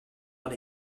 dans